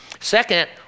Second